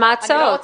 מה ההצעות?